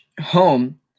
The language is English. home